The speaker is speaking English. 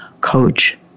coach